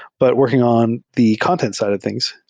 but working on the content side of things.